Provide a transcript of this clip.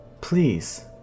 Please